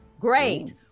Great